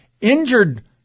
injured